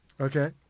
Okay